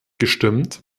gestimmt